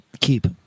keep